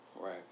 Right